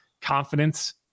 confidence